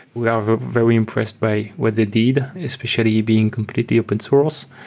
we are very impressed by what they did, especially being completely open source,